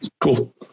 Cool